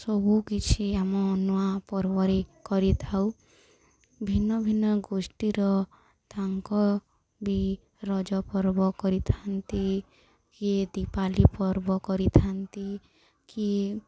ସବୁକିଛି ଆମ ନୂଆ ପର୍ବରେ କରିଥାଉ ଭିନ୍ନ ଭିନ୍ନ ଗୋଷ୍ଠୀର ତାଙ୍କ ବି ରଜ ପର୍ବ କରିଥାନ୍ତି କିଏ ଦୀପାବଳି ପର୍ବ କରିଥାନ୍ତି କିଏ